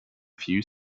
few